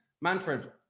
Manfred